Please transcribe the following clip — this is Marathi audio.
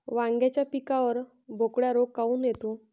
वांग्याच्या पिकावर बोकड्या रोग काऊन येतो?